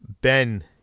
Ben